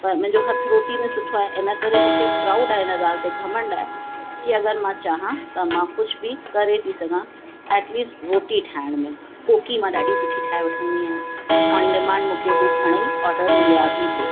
पर मुंहिंजो हथु रोटी में सुठो आहे इनकरे मूंखे प्राउड आहे हिन ॻाल्हि ते घमंड आहे कि अगरि मां चाहियां त मां कुझु बि करे थी सघां एटलीस्ट रोटी ठाहिण में कोकी मां ॾाढी सुठी ठाहे वठंदी आहियां ऑन डिमांड मूंखे हू घणेई ऑडर मिलिया बि पिए